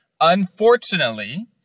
Unfortunately